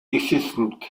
existent